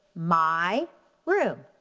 my room,